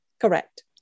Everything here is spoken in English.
Correct